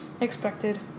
expected